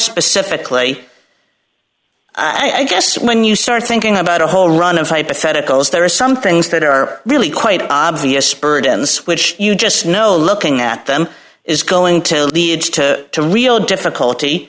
specifically i guess when you start thinking about a whole run of hypotheticals there are some things that are really quite obvious burdens which you just know looking at them is going to lead to real difficulty